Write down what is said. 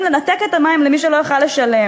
לנתק את המים למי שלא יוכל לשלם.